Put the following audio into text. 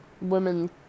women